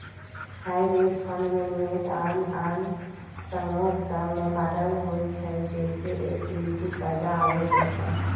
hybrid fund में निवेश आन आन समूह सभ में बाटल होइ छइ जइसे इक्विटी, कर्जा आउरो दोसर